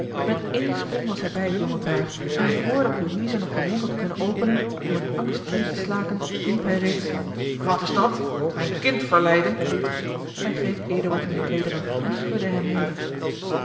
met één sprong was hij bij het jonge paar en vr dat louise nog den mond had kunnen openen om een angstkreet te slaken riep hij reeds wat is dat mijn kind verleiden hij greep eduard in de kleederen en schudde hem hevig